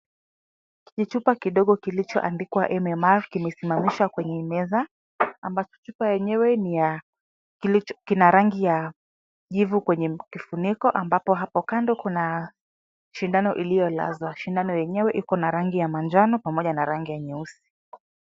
Kichupa kidogo kilichoandikwa m m r kimesimamishwa kwenye meza . Kichupa yenyewe kina rangi ya kijivu kwenye kifuniko ambapo hapo kando kuna shindano iliyolazwa. Shindano yenyewe ina rangi ya manjano pamoja na rangi ya nyuesi.